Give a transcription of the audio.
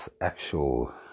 actual